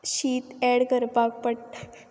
शीत एड करपाक पडटा